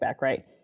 Right